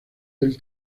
del